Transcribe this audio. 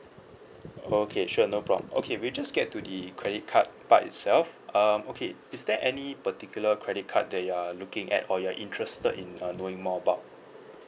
okay sure no problem okay we'll just get to the credit card part itself um okay is there any particular credit card that you are looking at or you're interested in uh knowing more about